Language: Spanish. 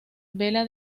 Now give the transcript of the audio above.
vela